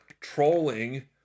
trolling